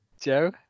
joe